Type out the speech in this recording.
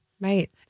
Right